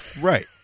Right